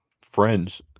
friends